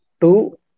two